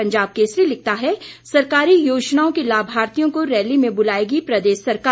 पंजाब केसरी लिखता है सरकारी योजनाओं के लाभार्थियों को रैली में बुलाएगी प्रदेश सरकार